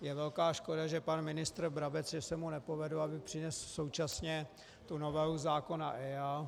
Je velká škoda, že pan ministr Brabec, že se mu nepovedlo, aby přinesl současně novelu zákona EIA.